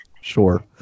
Sure